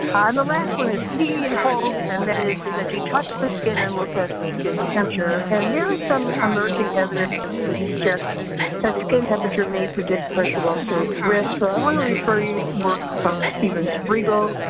um and the last one is t in hault, and that is that you touch the skin and look at skin temperature. and there is some emerging evidence to suggest that skin temperature may predict pressure ulcer risk, so i want to refer you to work from stephen sprigle,